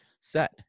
Set